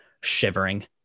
shivering